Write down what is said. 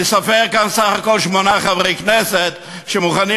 אני סופר כאן סך הכול שמונה חברי כנסת שמוכנים